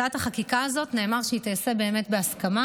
נאמר שהצעת החקיקה הזאת תיעשה בהסכמה